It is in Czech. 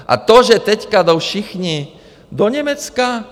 A to, že teď jdou všichni do Německa?